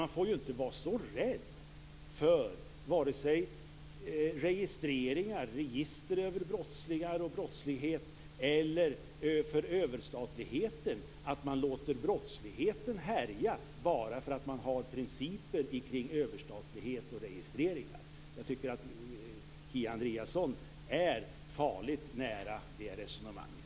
Man får inte vara så rädd vare sig för registreringar av brottslingar och brottslighet eller för överstatlighet att man av principiella skäl låter brottsligheten få härja. Jag tycker att Kia Andreasson är farligt nära det resonemanget.